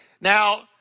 Now